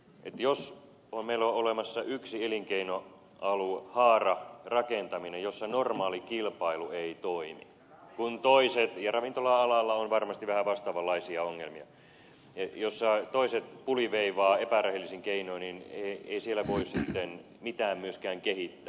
jos meillä on olemassa yksi elinkeinohaara rakentaminen jossa normaali kilpailu ei toimi ravintola alalla on varmasti vähän vastaavanlaisia ongelmia jossa toiset puliveivaavat epärehellisin keinoin niin ei siellä voi sitten mitään myöskään kehittää